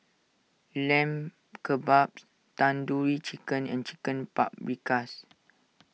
Lamb Kebabs Tandoori Chicken and Chicken Paprikas